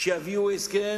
כשיביאו הסכם,